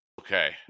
okay